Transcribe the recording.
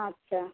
আচ্ছা